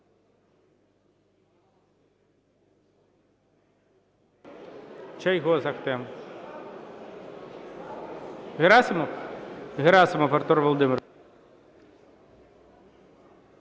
Чийгоз Ахтем. Герасимов? Герасимов Артур Володимирович.